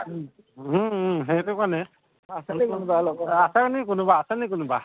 সেইটো কাৰণে আছে নি কোনোবা লগ আছেনি কোনোবা আছেনি কোনোবা